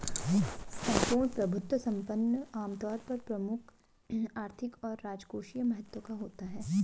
सम्पूर्ण प्रभुत्व संपन्न आमतौर पर प्रमुख आर्थिक और राजकोषीय महत्व का होता है